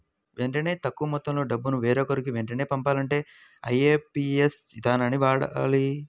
వెంటనే తక్కువ మొత్తంలో డబ్బును వేరొకరికి వెంటనే పంపాలంటే ఐఎమ్పీఎస్ ఇదానాన్ని వాడాలి